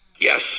Yes